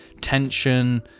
tension